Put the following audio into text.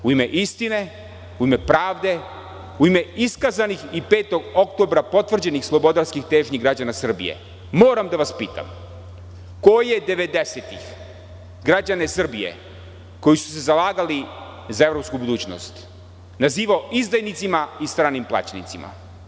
U ime istine, u ime pravde, u ime iskazanih i 5. oktobra potvrđenih slobodarskih težnji građana Srbije, moram da vas pitam – ko je 90-ih građane Srbije koji su se zalagali za evropsku budućnost nazivao izdajnicima i stranim plaćenicima?